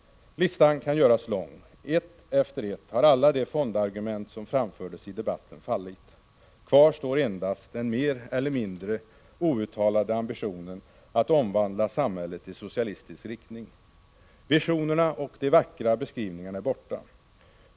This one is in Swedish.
Listan kan göras lång. Ett efter ett har alla de fondargument som framfördes i debatten fallit. Kvar står endast den mer eller mindre outtalade ambitionen att omvandla samhället i socialistisk riktning. Visionerna och de vackra beskrivningarna är borta.